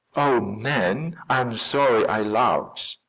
oh, nan, i'm sorry i laughed,